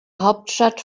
hauptstadt